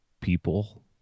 people